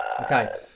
Okay